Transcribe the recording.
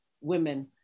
women